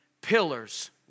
Pillars